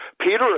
Peter